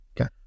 Okay